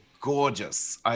gorgeous